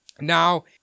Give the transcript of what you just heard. Now